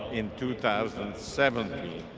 in two thousand and seventeen.